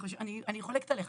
אני חולקת עליך.